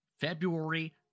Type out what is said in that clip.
February